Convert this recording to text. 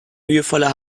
mühevoller